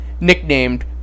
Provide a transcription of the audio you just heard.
nicknamed